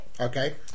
Okay